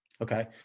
Okay